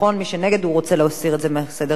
מי שנגד רוצה להסיר את זה מסדר-היום.